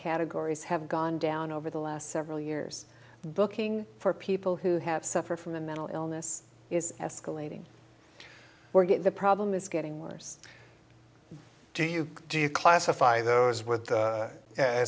categories have gone down over the last several years booking for people who have suffered from a mental illness is escalating or get the problem is getting worse do you do you classify those with